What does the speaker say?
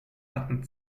hatten